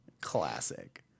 Classic